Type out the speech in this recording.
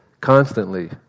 Constantly